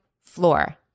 floor